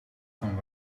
van